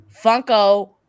Funko